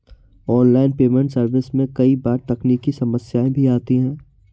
online payment service में कई बार तकनीकी समस्याएं भी आती है